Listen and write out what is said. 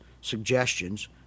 suggestions